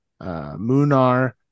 Munar